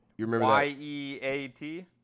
Y-E-A-T